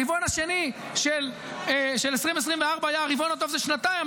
הרבעון השני של 2024 היה הרבעון הטוב מזה שנתיים,